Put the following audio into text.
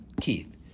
Keith